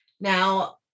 Now